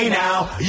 now